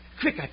Quick